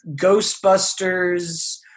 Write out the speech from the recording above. Ghostbusters